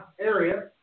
area